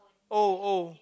oh oh